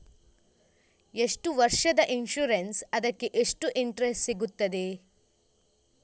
ಎಷ್ಟು ವರ್ಷದ ಇನ್ಸೂರೆನ್ಸ್ ಅದಕ್ಕೆ ಎಷ್ಟು ಇಂಟ್ರೆಸ್ಟ್ ಸಿಗುತ್ತದೆ?